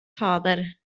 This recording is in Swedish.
fader